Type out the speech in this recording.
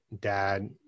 dad